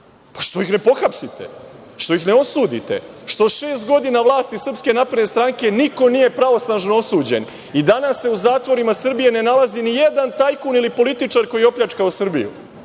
Zašto ne pohapsite, zašto ih ne osudite? Zašto šest godina vlasti SNS niko nije pravosnažno osuđen? Danas se u zatvorima Srbije ne nalazi ni jedan tajkun ili političar koji je opljačkao Srbiju.